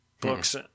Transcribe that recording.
books